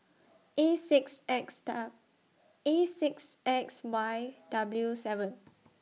A six X Dal A six X Y W seven